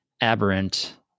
aberrant